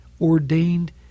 ordained